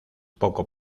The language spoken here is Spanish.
poco